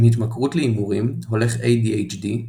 עם התמכרות להימורים הולך ADHD,